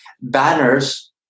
Banners